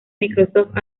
microsoft